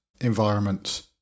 environments